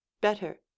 better